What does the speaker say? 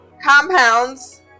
compounds